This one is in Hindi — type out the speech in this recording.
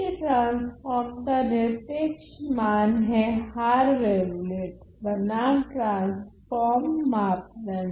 के ट्रान्स्फ़ोर्म का निरपेक्ष मान हैं हार वेवलेट बनाम ट्रान्स्फ़ोर्म मापदंड